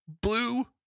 Blue